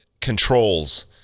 controls